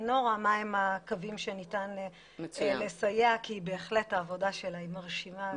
נורה מה הם הקווים שניתן לסייע כי בהחלט העבודה שלה היא מרשימה.